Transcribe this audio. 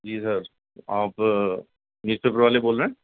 جی sir آپ newspaper والے بول رہے ہیں